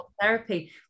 therapy